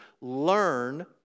Learn